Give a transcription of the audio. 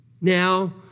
Now